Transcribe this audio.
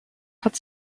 hat